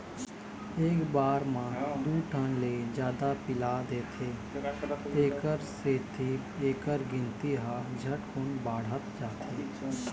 एक बार म दू ठन ले जादा पिला देथे तेखर सेती एखर गिनती ह झटकुन बाढ़त जाथे